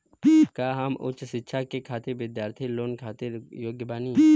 का हम उच्च शिक्षा के बिद्यार्थी लोन खातिर योग्य बानी?